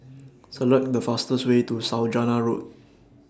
Select The fastest Way to Saujana Road